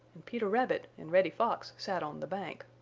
and peter rabbit and reddy fox sat on the bank.